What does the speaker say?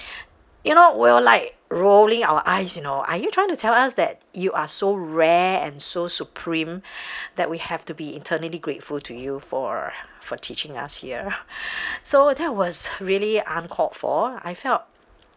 you know we all like rolling our eyes you know are you trying to tell us that you are so rare and so supreme that we have to be eternally grateful to you for for teaching us here so that was really uncalled for I felt